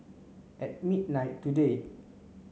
at midnight today